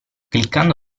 cliccando